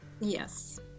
Yes